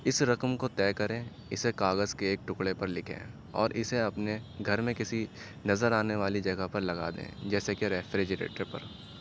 اس رقم کو طے کریں اسے کاغذ کے ایک ٹکڑے پر لکھیں اور اسے اپنے گھر میں کسی نظر آنے والی جگہ پر لگا دیں جیسے کہ ریفریجریٹر پر